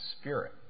spirit